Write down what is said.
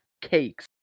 cakes